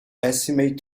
estimate